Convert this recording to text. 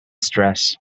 stress